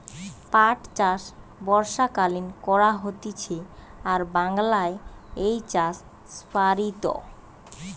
পাট চাষ বর্ষাকালীন করা হতিছে আর বাংলায় এই চাষ প্সারিত